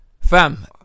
fam